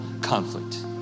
conflict